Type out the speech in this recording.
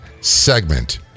segment